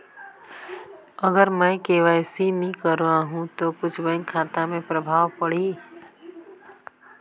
अगर मे के.वाई.सी नी कराहू तो कुछ बैंक खाता मे प्रभाव पढ़ी?